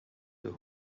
the